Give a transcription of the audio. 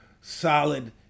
solid